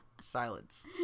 Silence